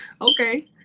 Okay